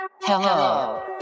Hello